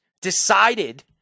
decided